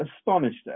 astonished